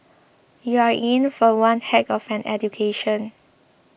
you're in for one heck of an education